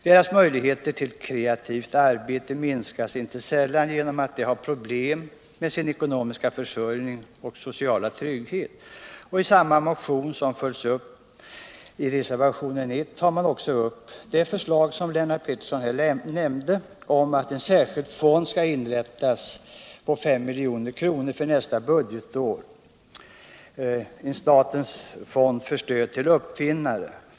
Deras möjligheter till kreativt arbete minskas inte sällan genom att de har problem med sin ekonomiska försörjning och sociala trygghet. I samma motion, som följs upp i reservation 1, tar man också upp ett förslag som Lennart Pettersson här nämnde om att en särskild fond skall inrättas och att 5 milj.kr. skall anvisas för nästa budgetår till statens fond för stöd till uppfinnare.